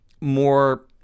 more